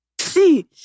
See